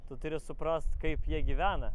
tu turi suprast kaip jie gyvena